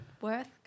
worth